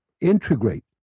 integrate